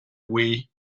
wii